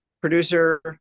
producer